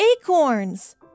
acorns